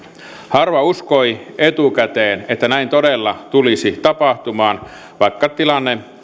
harva uskoi etukäteen että näin todella tulisi tapahtumaan vaikka tilanne